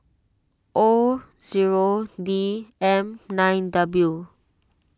O zero D M nine W